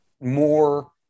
more